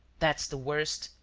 that's the worst,